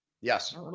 Yes